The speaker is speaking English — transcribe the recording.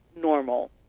normal